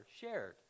shared